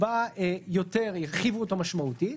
הרחיבו אותו משמעותית,